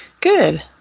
Good